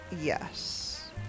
Yes